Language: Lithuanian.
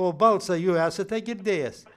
o balsą jų esate girdėjęs